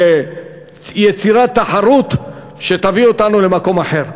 ביצירת תחרות שתביא אותנו למקום אחר.